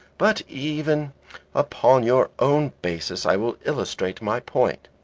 but even upon your own basis i will illustrate my point.